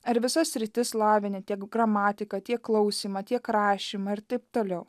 ar visas sritis lavini tiek gramatiką tiek klausymą tiek rašymą ir taip toliau